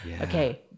okay